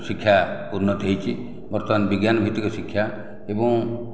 ଶିକ୍ଷା ଉନ୍ନତି ହୋଇଛି ବର୍ତ୍ତମାନ ବିଜ୍ଞାନ ଭିତ୍ତିକ ଶିକ୍ଷା ଏବଂ